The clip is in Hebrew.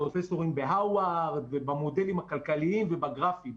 פרופסורים בהרווארד ובמודלים הכלכליים ובגרפים.